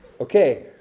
Okay